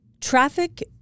traffic